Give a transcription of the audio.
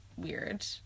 Weird